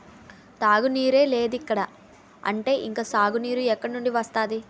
తాగునీరే లేదిక్కడ అంటే ఇంక సాగునీరు ఎక్కడినుండి వస్తది?